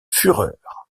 fureur